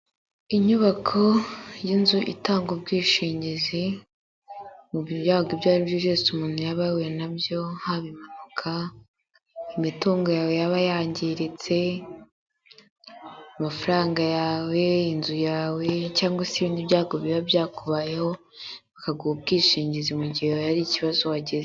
Inyubako y'inzu itanga ubwishingizi mubyago ibyo ari byo byose umuntu yaba yahuye nabyo, haba impanuka, imitungo yawe yaba yangiritse, amafaranga yawe inzu yawe cyangwa se ibindi byago biba byakubayeho bakaguha ubwishingizi mu gihe hari ikibazo wagize.